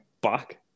back